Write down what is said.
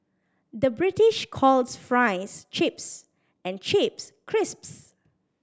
the British calls fries chips and chips crisps